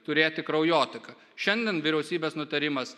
turėti kraujotaką šiandien vyriausybės nutarimas